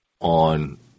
on